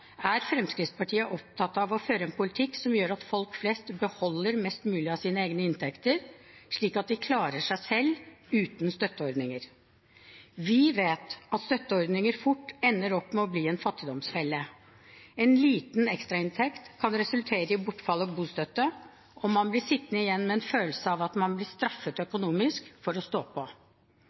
er Fremskrittspartiet opptatt av å føre en politikk som gjør at folk flest beholder mest mulig av sine egne inntekter, slik at de klarer seg selv uten støtteordninger. Vi vet at støtteordninger fort ender opp med å bli en fattigdomsfelle. En liten ekstrainntekt kan resultere i bortfall av bostøtte, og man blir sittende igjen med en følelse av at man blir straffet økonomisk for å stå på.